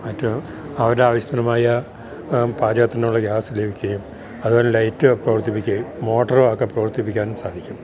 മറ്റു അവരുടെ ആവശ്യത്തിനുമായ പാചകത്തിനുള്ള ഗ്യാസ് ലഭിക്കുകയും അതുപോലെ ലൈറ്റ് പ്രവർത്തിപ്പിക്കുകയും മോട്ടര് ഒക്കെ പ്രവർത്തിപ്പിക്കാനും സാധിക്കും